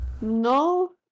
No